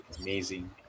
amazing